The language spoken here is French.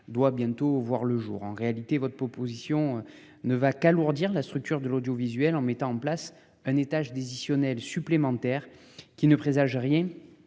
doit bientôt voir le jour en réalité votre proposition ne va qu'alourdir la structure de l'audiovisuel en mettant en place un étage des ici Lionel supplémentaire qui ne présage rien